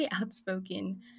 outspoken